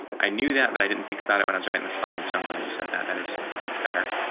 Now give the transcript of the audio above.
i knew that, but i didn't think about it when i was writing the slides. so i'm glad you said that. that is better.